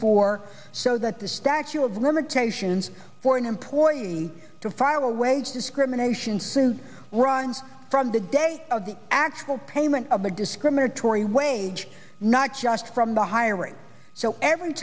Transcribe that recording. four so that the statue of limitations for an employer see to fire away discrimination since run from the day of the actual payment of the discriminatory wage not just from the hiring so every